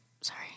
Sorry